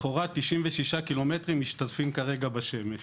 לכאורה 96 ק"מ משתזפים כרגע בשמש.